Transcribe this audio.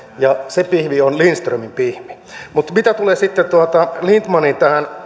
ja se pihvi on lindströmin pihvi mutta mitä tulee lindtmanin